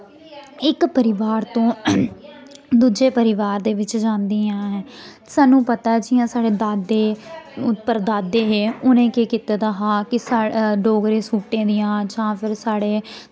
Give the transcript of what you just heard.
इक परिवार तों दूजे परिवार दे बिच्च जांदियां ऐ सानूं पता ऐ जि'यां साढ़े दादे परदादे हे उ'नें केह् कीते दा हा के साढ़े डोगरे सूटें दियां जां फिर साढ़े